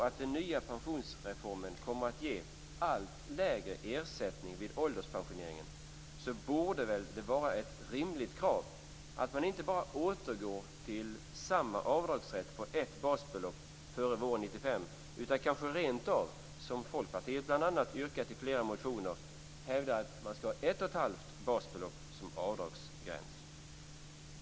Om den nya pensionsreformen kommer att ge allt lägre ersättning vid ålderspensioneringen är det väl ett rimligt krav att man inte bara återgår till den avdragsrätt på ett basbelopp som gällde före våren 1995 utan rentav, som bl.a. Folkpartiet yrkat i flera motioner, sätter ett och ett halvt basbelopp som avdragsgräns.